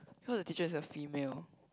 cause the teacher is a female